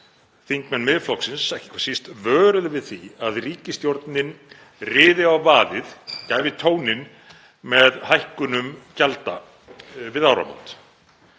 þingmenn Miðflokksins ekki síst vöruðu við því að ríkisstjórnin riði á vaðið og gæfi tóninn með hækkunum gjalda við áramót?